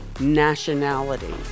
Nationality